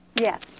Yes